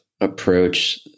approach